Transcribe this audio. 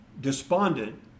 despondent